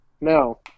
No